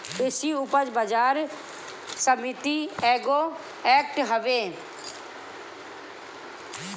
कृषि उपज बाजार समिति एगो एक्ट हवे